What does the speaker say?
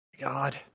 God